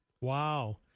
wow